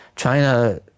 China